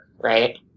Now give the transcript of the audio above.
right